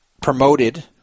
promoted